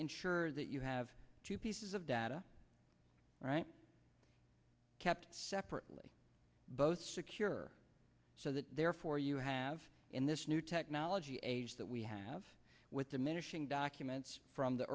ensure that you have two pieces of data all right kept separately both secure so that therefore you have in this new technology age that we have with diminishing documents from the